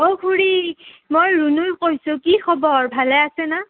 অঁ খুৰী মই ৰুণুই কৈছো কি খবৰ ভালে আছে না